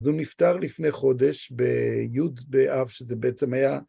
אז הוא נפטר לפני חודש בי' באב, שזה בעצם היה...